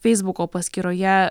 feisbuko paskyroje